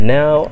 now